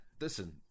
Listen